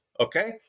Okay